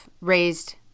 raised